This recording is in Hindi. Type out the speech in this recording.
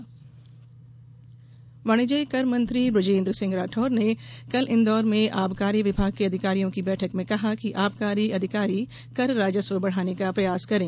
आबकारी बैठक वाणिज्यिक कर मंत्री बृजेन्द्र सिंह राठौर ने कल इन्दौर में आबकारी विभाग के अधिकारियों की बैठक में कहा कि आबकारी अधिकारी कर राजस्व बढ़ाने का प्रयास करें